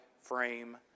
frame